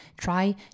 try